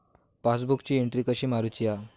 पासबुकाची एन्ट्री कशी मारुची हा?